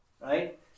right